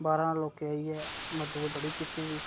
बाह्रा लोकें इ'यै मदद बड़ी कीती दी